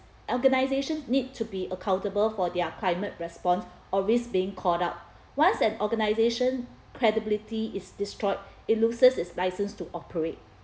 organisations need to be accountable for their climate response or risk being called up once an organisation credibility is destroyed it loses its licence to operate